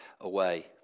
away